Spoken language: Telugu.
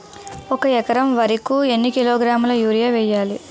ఒక ఎకర వరి కు ఎన్ని కిలోగ్రాముల యూరియా వెయ్యాలి?